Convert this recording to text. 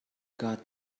got